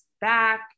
back